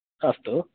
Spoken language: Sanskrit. अस्तु